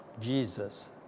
Jesus